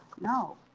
No